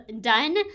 done